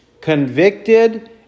convicted